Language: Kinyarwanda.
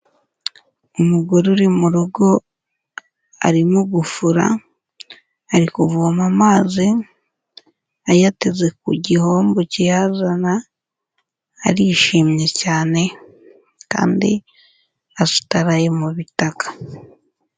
Umugore uri mu rugo, arimo gufura, ari kuvoma amazi, ayateze ku gihombo kiyazana, arishimye cyane kandi asutararaye mu bitaka.